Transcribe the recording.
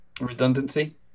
redundancy